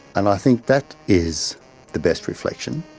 and i think that is the best reflection.